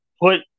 put